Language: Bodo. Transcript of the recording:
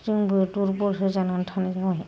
जोंबो दुर्बलसो जानानै थानाय जाबाय